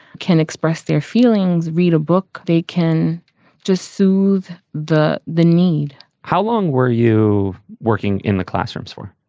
can express their feelings, read a book, they can just soothe the the need how long were you working in the classrooms for?